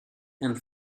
and